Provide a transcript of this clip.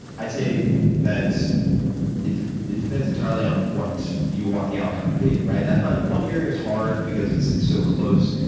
i'd say that it it depends entirely on what you want the outcome to be. and i find one year is hard because it's it's so close.